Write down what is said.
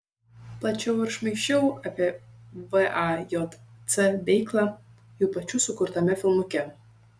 plačiau ir šmaikščiau apie vajc veiklą jų pačių sukurtame filmuke